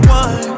one